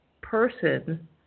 person